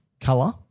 color-